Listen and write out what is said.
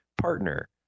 partner